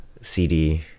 cd